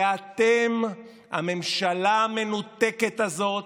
ואתם, הממשלה המנותקת הזאת,